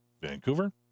vancouver